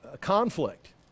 conflict